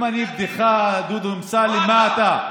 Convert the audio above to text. אם אני בדיחה, דודו אמסלם, מה אתה?